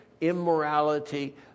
Immorality